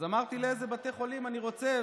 אמרתי לאיזה בתי חולים אני רוצה,